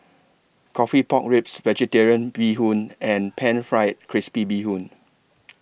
Coffee Pork Ribs Vegetarian Bee Hoon and Pan Fried Crispy Bee Hoon